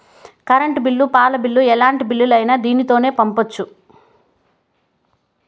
current bill పాల bill ఎలాంటి బిల్లులైనా దీనితోనే పంపొచ్చు